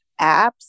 apps